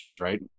right